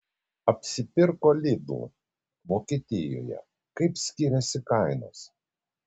apsipirko lidl vokietijoje kaip skiriasi kainos